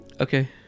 okay